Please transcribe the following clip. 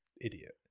idiot